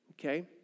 Okay